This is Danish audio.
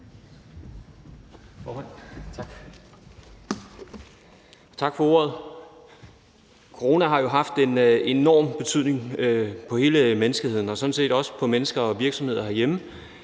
Tak for ordet. Corona har jo haft en enorm betydning for hele menneskeheden og sådan set også for virksomheder herhjemme